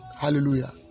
Hallelujah